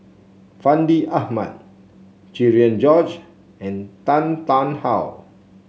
Fandi Ahmad Cherian George and Tan Tarn How